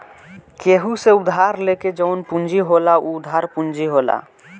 केहू से उधार लेके जवन पूंजी होला उ उधार पूंजी होला